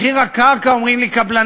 מחיר הקרקע, אומרים לי קבלנים,